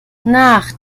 nach